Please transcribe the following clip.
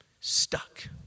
stuck